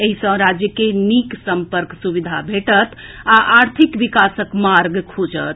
एहि सँ राज्य के नीक संपर्क सुविधा भेंटत आ आर्थिक विकासक मार्ग खुजत